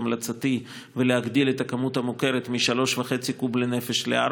המלצתי ולהגדיל את הכמות המוכרת מ-3.5 קוב לנפש ל-4.